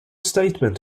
statement